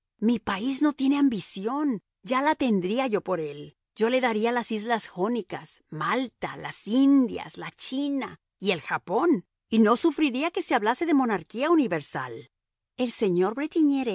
mi país no tiene ambición ya la tendría yo por él yo le daría las islas jónicas malta las indias la china y el japón y no sufriría que se hablase de monarquía universal el señor